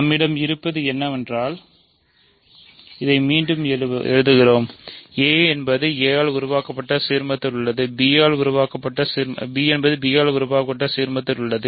நம்மிடம் இருப்பது என்னவென்றால் இதை மீண்டும் எழுதுவது a என்பது a ஆல் உருவாக்காப்பட்ட சீர்மத்தில் உள்ளது இது b ஆல் உருவாக்கப்பட்ட சீர்மத்திற்குள் உள்ளது